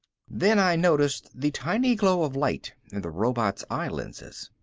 then i noticed the tiny glow of light in the robot's eye lenses.